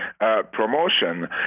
Promotion